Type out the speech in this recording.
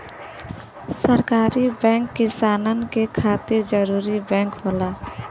सहकारी बैंक किसानन के खातिर जरूरी बैंक होला